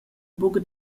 buca